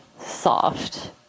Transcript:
soft